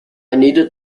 needed